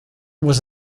was